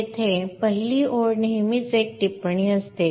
येथे पहिली ओळ नेहमीच एक टिप्पणी असते